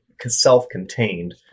self-contained